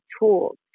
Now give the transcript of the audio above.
tools